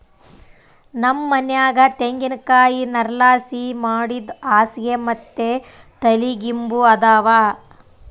ನಮ್ ಮನ್ಯಾಗ ತೆಂಗಿನಕಾಯಿ ನಾರ್ಲಾಸಿ ಮಾಡಿದ್ ಹಾಸ್ಗೆ ಮತ್ತೆ ತಲಿಗಿಂಬು ಅದಾವ